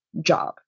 job